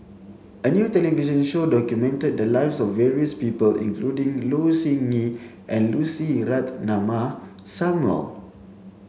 a new television show documented the lives of various people including Low Siew Nghee and Lucy Ratnammah Samuel